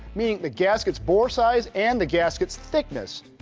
meaning the gasket's bore size and the gasket's thickness.